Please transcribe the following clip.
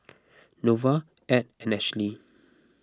Norval Ed and Ashlie